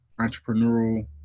entrepreneurial